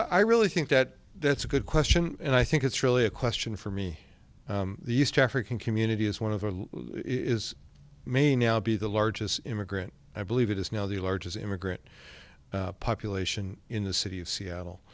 i really think that that's a good question and i think it's really a question for me the east african community is one of the is may now be the largest immigrant i believe it is now the largest immigrant population in the city of seattle